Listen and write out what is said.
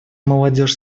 молодежь